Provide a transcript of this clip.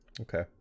Okay